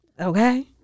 okay